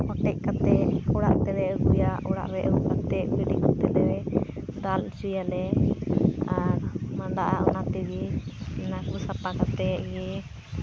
ᱚᱴᱮᱡ ᱠᱟᱛᱮᱫ ᱚᱲᱟᱜ ᱛᱮᱞᱮ ᱟᱹᱜᱩᱭᱟ ᱚᱲᱟᱜ ᱨᱮ ᱟᱹᱜᱩ ᱠᱟᱛᱮᱫ ᱜᱟᱹᱰᱤ ᱠᱚᱛᱮ ᱞᱮ ᱫᱟᱞ ᱦᱚᱪᱚᱭᱟᱞᱮ ᱟᱨ ᱢᱟᱰᱟᱜᱼᱟ ᱚᱱᱟ ᱛᱮᱜᱮ ᱚᱱᱟ ᱠᱚ ᱥᱟᱯᱟ ᱠᱟᱛᱮᱫ ᱜᱮ